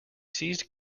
seized